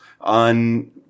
on